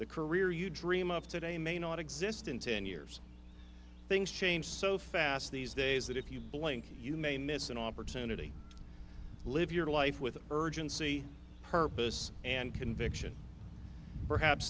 the career you dream of today may not exist in ten years things change so fast these days that if you blink you may miss an opportunity to live your life with urgency purpose and conviction perhaps